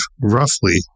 roughly